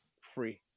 free